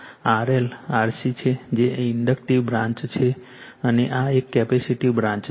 તેથી આ RL RC છે જે એક ઇન્ડક્ટિવ બ્રાન્ચ છે અને આ એક કેપેસિટીવ બ્રાન્ચ છે